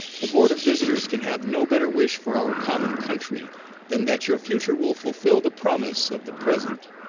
the board of visitors can have no better wish for our common country than that your future will fulfil the promise of the present.